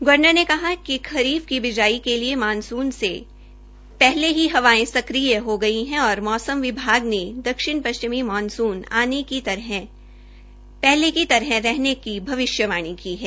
governor ने कहा कि खरीफ की बिजाई के लिए मानसून से पहले की हवायें सक्रिय हो गई है और मौसम विभाग ने दक्षिण पश्चिमी मानसून आम की तरह रहने की भविष्यवाणी की है